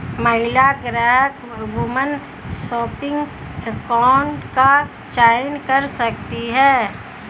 महिला ग्राहक woman saving account का चयन कर सकती है